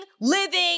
living